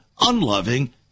unloving